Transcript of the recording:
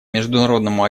международному